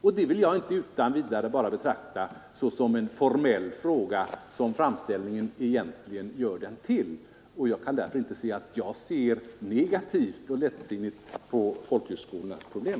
Jag kan därför inte utan vidare betrakta detta som en formell fråga, även om den behandlas så i skolöverstyrelsens framställning. Jag kan heller inte inse att jag ser negativt och lättsinnigt på folkhögskolornas problem.